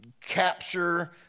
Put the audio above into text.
capture